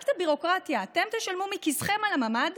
רק את הביורוקרטיה, ואתם תשלמו מכיסכם על הממ"ד,